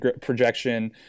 projection